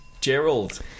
Gerald